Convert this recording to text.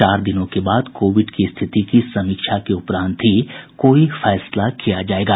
चार दिनों के बाद कोविड की स्थिति की समीक्षा के उपरांत ही कोई फैसला किया जायेगा